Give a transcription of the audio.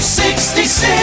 66